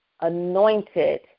anointed